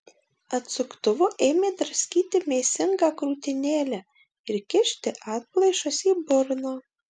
atsuktuvu ėmė draskyti mėsingą krūtinėlę ir kišti atplaišas į burną